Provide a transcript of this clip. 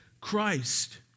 Christ